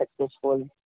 successful